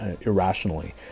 irrationally